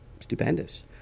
stupendous